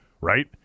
right